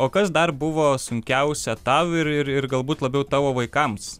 o kas dar buvo sunkiausia tau ir ir galbūt labiau tavo vaikams